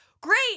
Great